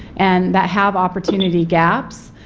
and that have opportunity gaps.